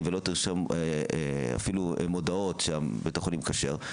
ולא תרשום אפילו מודעות שבית החולים כשר,